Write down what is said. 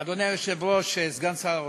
אדוני היושב-ראש, סגן שר האוצר,